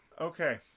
Okay